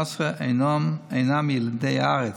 אינם ילידי הארץ.